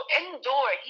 indoor